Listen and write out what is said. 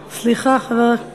סליחה, חבר הכנסת וורצמן.